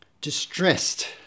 distressed